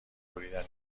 بریدن